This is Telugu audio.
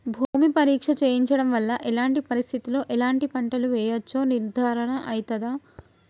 భూమి పరీక్ష చేయించడం వల్ల ఎలాంటి పరిస్థితిలో ఎలాంటి పంటలు వేయచ్చో నిర్ధారణ అయితదా?